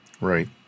Right